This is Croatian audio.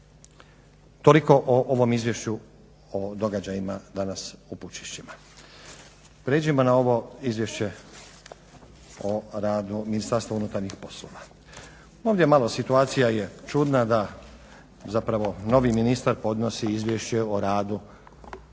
Toliko o ovom izvješću o događajima danas u Pučišćima. Prijeđimo na ovo Izvješće o radu Ministarstva unutarnjih poslova. Ovdje malo situacija je čudna, da zapravo novi ministar podnosi izvješće o radu